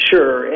Sure